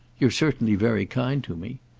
you're certainly very kind to me.